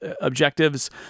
objectives